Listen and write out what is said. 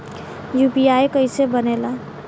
UPI कईसे बनेला?